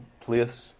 place